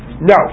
no